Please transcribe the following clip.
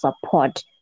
support